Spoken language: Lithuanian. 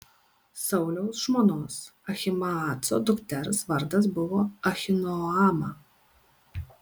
sauliaus žmonos ahimaaco dukters vardas buvo ahinoama